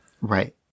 Right